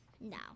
No